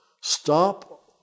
Stop